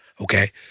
okay